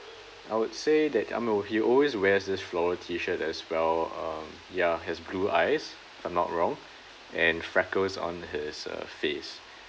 I would say that ah no he always wears this floral T shirt as well um ya he's blue eyes if I'm not wrong and freckles on his uh face